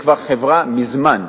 היא כבר חברה מזמן.